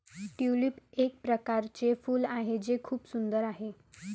tulip एक प्रकारचे फूल आहे जे खूप सुंदर आहे